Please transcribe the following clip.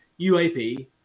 UAP